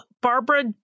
Barbara